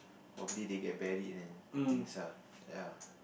probably they get buried and things lah ya